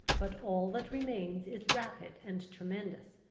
but all that remains is rapid and tremendous.